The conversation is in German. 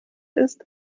ist